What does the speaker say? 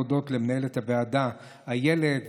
להודות למנהלת הוועדה איילת,